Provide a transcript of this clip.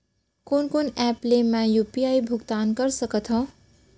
कोन कोन एप ले मैं यू.पी.आई भुगतान कर सकत हओं?